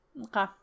Okay